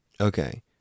Okay